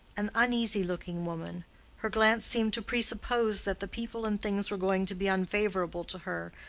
an uneasy-looking woman her glance seemed to presuppose that the people and things were going to be unfavorable to her,